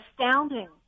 astounding